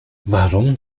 warum